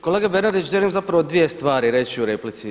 Kolega Bernardić, želim zapravo dvije stvari reći u replici.